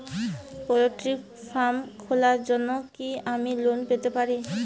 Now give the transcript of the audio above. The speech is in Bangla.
পোল্ট্রি ফার্ম খোলার জন্য কি আমি লোন পেতে পারি?